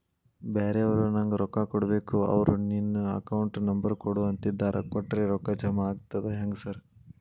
ಬ್ಯಾರೆವರು ನಂಗ್ ರೊಕ್ಕಾ ಕೊಡ್ಬೇಕು ಅವ್ರು ನಿನ್ ಅಕೌಂಟ್ ನಂಬರ್ ಕೊಡು ಅಂತಿದ್ದಾರ ಕೊಟ್ರೆ ರೊಕ್ಕ ಜಮಾ ಆಗ್ತದಾ ಹೆಂಗ್ ಸಾರ್?